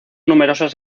numerosas